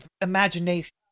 imagination